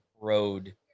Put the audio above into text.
road